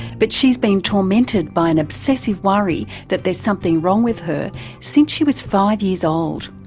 but she's been tormented by an obsessive worry that there's something wrong with her since she was five years old.